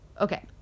Okay